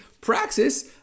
Praxis